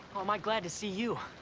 oh am i glad to see you.